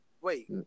wait